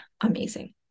amazing